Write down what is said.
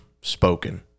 spoken